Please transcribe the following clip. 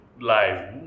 live